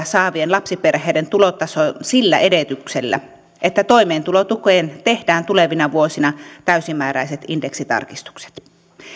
saavien lapsiperheiden tulotasoon sillä edellytyksellä että toimeentulotukeen tehdään tulevina vuosina täysimääräiset indeksitarkistukset